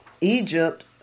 Egypt